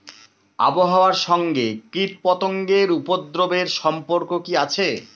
আবহাওয়ার সঙ্গে কীটপতঙ্গের উপদ্রব এর সম্পর্ক কি আছে?